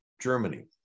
Germany